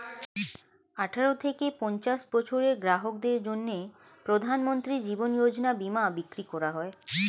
আঠারো থেকে পঞ্চাশ বছরের গ্রাহকদের জন্য প্রধানমন্ত্রী জীবন যোজনা বীমা বিক্রি করা হয়